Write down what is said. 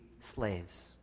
slaves